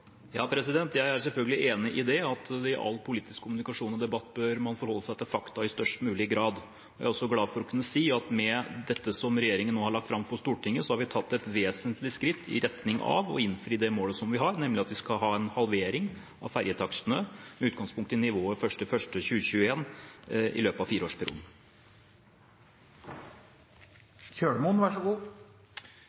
jeg er selvfølgelig enig i det, at i all politisk kommunikasjon og debatt bør man forholde seg til fakta i størst mulig grad. Jeg er også glad for å kunne si at med det som regjeringen nå har lagt fram for Stortinget, har vi tatt et vesentlig skritt i retning av å innfri det målet vi har, nemlig at vi skal ha en halvering av ferjetakstene med utgangspunkt i nivået 1. januar 2021 i løpet av